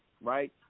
right